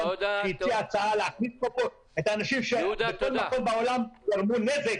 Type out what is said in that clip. שהציעה הצעה להכניס את האנשים שבכל מקום בעולם גרמו נזק,